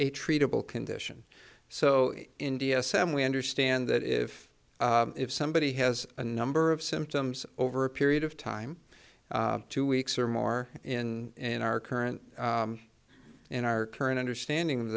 a treatable condition so india sam we understand that if if somebody has a number of symptoms over a period of time two weeks or more in in our current in our current understanding